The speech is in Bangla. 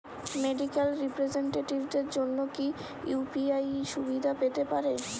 মেডিক্যাল রিপ্রেজন্টেটিভদের জন্য কি ইউ.পি.আই সুবিধা পেতে পারে?